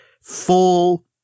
full